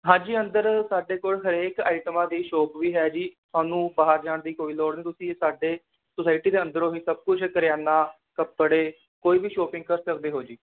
ਹਾਂਜੀ ਅੰਦਰ ਸਾਡੇ ਕੋਲ ਹਰੇਕ ਆਈਟਮਾਂ ਦੀ ਸ਼ੋਪ ਵੀ ਹੈ ਜੀ ਤੁਹਾਨੂੰ ਬਾਹਰ ਜਾਣ ਦੀ ਕੋਈ ਲੋੜ ਨਹੀਂ ਤੁਸੀਂ ਸਾਡੇ ਸੋਸਾਇਟੀ ਦੇ ਅੰਦਰੋਂ ਹੀ ਸਭ ਕੁਛ ਕਰਿਆਨਾ ਕੱਪੜੇ ਕੋਈ ਵੀ ਸ਼ੋਪਿੰਗ ਕਰ ਸਕਦੇ ਹੋ ਜੀ